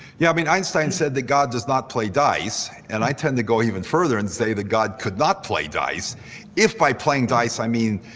yeah i mean, einstein said that god does not play dice and i tend to go even further and say that god could not play dice if, by playing dice i mean,